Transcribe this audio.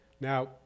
Now